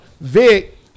Vic